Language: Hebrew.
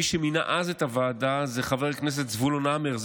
מי שמינה אז את הוועדה היה חבר הכנסת זבולון המר,